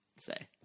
say